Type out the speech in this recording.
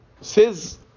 says